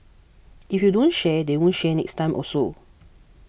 if you don't share they won't share next time also